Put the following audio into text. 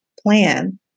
plan